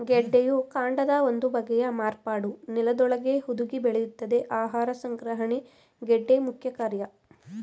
ಗೆಡ್ಡೆಯು ಕಾಂಡದ ಒಂದು ಬಗೆಯ ಮಾರ್ಪಾಟು ನೆಲದೊಳಗೇ ಹುದುಗಿ ಬೆಳೆಯುತ್ತದೆ ಆಹಾರ ಸಂಗ್ರಹಣೆ ಗೆಡ್ಡೆ ಮುಖ್ಯಕಾರ್ಯ